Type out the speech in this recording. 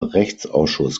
rechtsausschuss